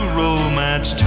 romance